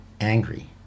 angry